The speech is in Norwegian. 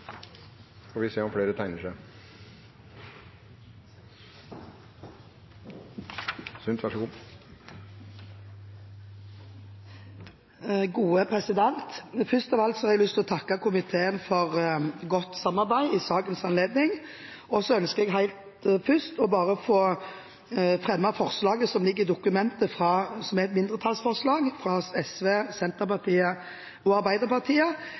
får en taletid på inntil 3 minutter. – Det anses vedtatt. Først av alt har jeg lyst til å takke komiteen for godt samarbeid i sakens anledning. Så ønsker jeg helt først å fremme forslaget som ligger i dokumentet, et mindretallsforslag fra SV, Senterpartiet og Arbeiderpartiet,